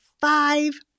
five